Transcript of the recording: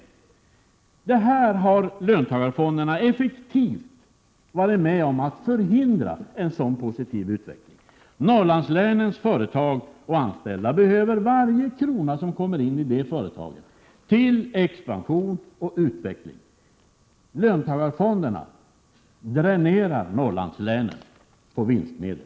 En sådan positiv utveckling har löntagarfonderna effektivt varit med om att förhindra. Norrlandslänens företag och deras anställda behöver varje krona som kommer in i företagen till expansion och utveckling. Löntagarfonderna dränerar Norrlandslänen på vinstmedel.